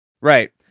Right